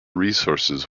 resources